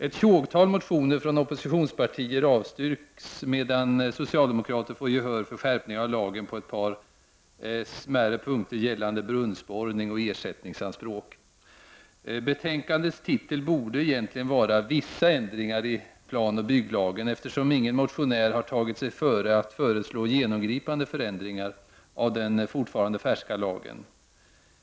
Ett tjogtal motioner från oppositionspartier avstyrks, medan socialdemokraterna får gehör för skärpningar av lagen på ett par smärre punkter gällande brunnsborrning och ersättningsanspråk. Betänkandets titel borde egentligen vara Vissa ändringar i planoch bygglagen, eftersom ingen motionär har tagit sig för att föreslå genomgripande förändringar av den fortfarande färska lagen.